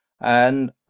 and